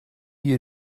you